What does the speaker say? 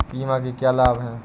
बीमा के क्या लाभ हैं?